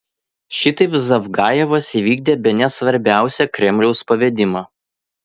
šitaip zavgajevas įvykdė bene svarbiausią kremliaus pavedimą